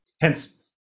Hence